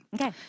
Okay